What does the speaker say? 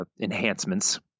enhancements